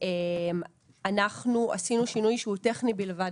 אנחנו עשינו שינוי שהוא טכני בלבד,